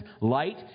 light